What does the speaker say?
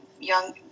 young